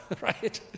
right